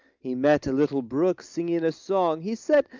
he met a little brook singing a song. he said,